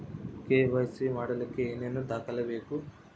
KYC ಮಾಡಲಿಕ್ಕೆ ಏನೇನು ದಾಖಲೆಬೇಕು?